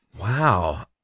wow